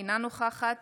אינה נוכחת